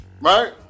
right